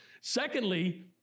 Secondly